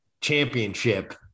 championship